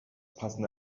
passende